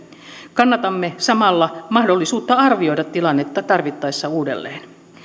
kannatamme samalla mahdollisuutta arvioida tilannetta tarvittaessa uudelleen